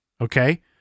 Okay